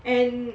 and